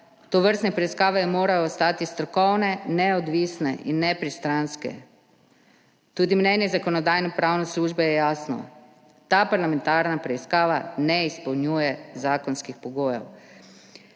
Tovrstne preiskave morajo ostati strokovne, neodvisne in nepristranske. Tudi mnenje Zakonodajno-pravne službe je jasno. Ta parlamentarna preiskava ne izpolnjuje zakonskih pogojev.